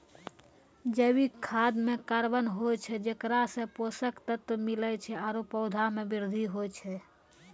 जैविक खाद म कार्बन होय छै जेकरा सें पोषक तत्व मिलै छै आरु पौधा म वृद्धि होय छै